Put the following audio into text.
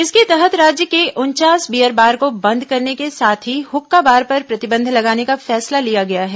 इसके तहत राज्य के उनचास बीयर बार को बंद करने के साथ ही हुक्का बार पर प्रतिबंध लगाने का फैसला लिया गया है